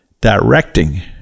directing